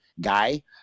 guy